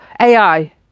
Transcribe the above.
ai